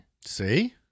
See